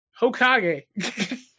hokage